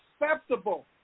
acceptable